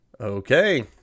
Okay